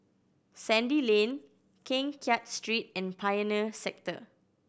Sandy Lane Keng Kiat Street and Pioneer Sector